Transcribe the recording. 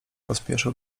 pospieszył